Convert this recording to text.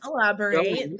Elaborate